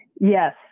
Yes